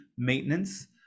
maintenance